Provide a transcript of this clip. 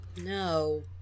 No